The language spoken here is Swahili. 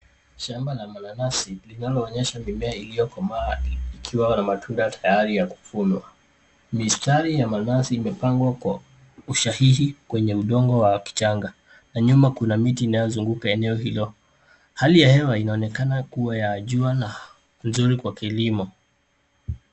Shamba la mananasi linaloonyesha mimea iliyokomaa ardhini ikiwa na matunda tayari ya kuvunwa. Mistari ya mananasi imepangwa kwa usahihi kwenye udongo wa kichanga na nyuma kuna miti inayozunguka eneo hilo. Hali ya hewa inaonekana kuwa ya jua na nzuri kwa kilimo.